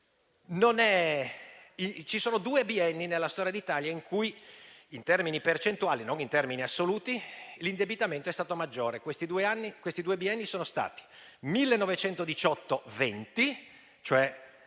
solo due bienni nella storia d'Italia in cui - in termini percentuali, non in termini assoluti - l'indebitamento è stato maggiore e questi due bienni sono stati il 1918-1920, cioè